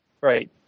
Right